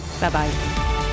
Bye-bye